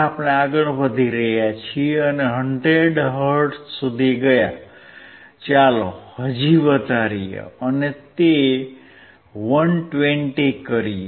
હવે આપણે આગળ વધી રહ્યા છીએ અને 100 હર્ટ્ઝ સુધી ગયા ચાલો હજી વધારીએ અને તે 120 કરીએ